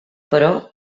però